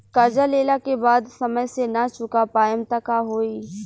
कर्जा लेला के बाद समय से ना चुका पाएम त का होई?